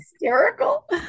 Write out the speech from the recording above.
Hysterical